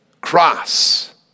cross